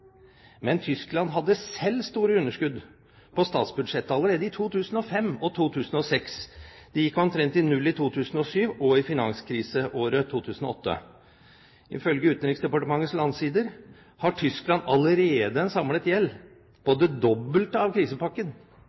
Men Tyskland hadde selv store underskudd på statsbudsjettet allerede i 2005 og 2006. De gikk omtrent i null i 2007 og i finanskriseåret 2008. Ifølge Utenriksdepartementets landsider har Tyskland allerede en samlet gjeld på det dobbelte av krisepakken